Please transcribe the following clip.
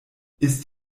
ist